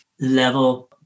level